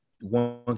one